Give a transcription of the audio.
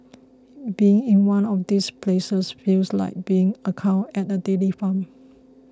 being in one of these places feels like being a cow at a dairy farm